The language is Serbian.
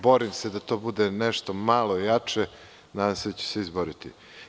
Borim se da to bude nešto malo jače i nadam se da ću se izboriti.